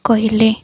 କହିଲେ